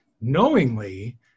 knowingly